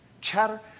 Chatter